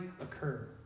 occur